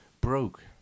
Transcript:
broke